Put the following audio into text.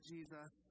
Jesus